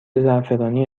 زعفرانی